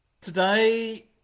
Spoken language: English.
Today